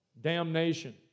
damnation